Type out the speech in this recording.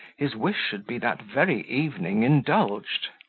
his wish should be that very evening indulged.